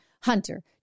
Hunter